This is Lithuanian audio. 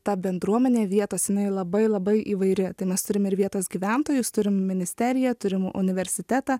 ta bendruomenė vietos jinai labai labai įvairi tai mes turim ir vietos gyventojus turim ministeriją turim universitetą